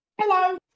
hello